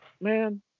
man